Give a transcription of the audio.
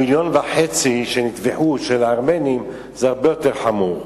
מיליון וחצי הארמנים שנטבחו זה הרבה יותר חמור,